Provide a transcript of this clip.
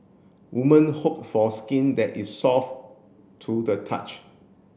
woman hope for skin that is soft to the touch